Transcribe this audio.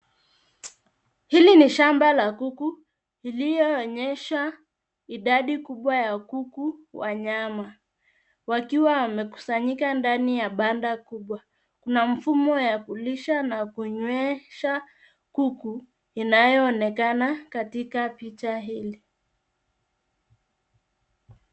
Hili ni shamba la kuku iliyoonyesha idadi kubwa ya kuku WA nyama wakiwa wamekusanyika ndani ya banda kubwa. Kuna mfumo ya kulisha na kunywesha kuku inayoonekana katika picha hili.